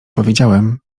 powiedziałem